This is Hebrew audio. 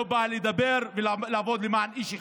לא באה לדבר ולעבוד למען איש אחד.